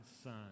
son